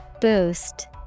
Boost